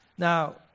Now